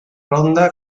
ronda